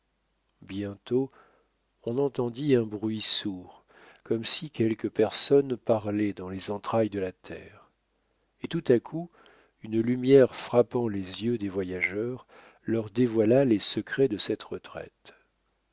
bientôt on entendit un bruit sourd comme si quelques personnes parlaient dans les entrailles de la terre et tout à coup une lumière frappant les yeux des voyageurs leur dévoila les secrets de cette retraite